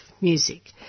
music